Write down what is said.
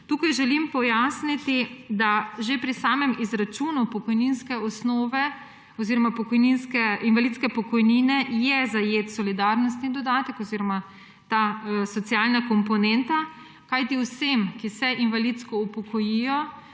Tukaj želim pojasniti, da je že pri samem izračunu pokojninske osnove oziroma invalidske pokojnine zajet solidarnostni dodatek oziroma ta socialna komponenta. Kajti vsem, ki se invalidsko upokojijo,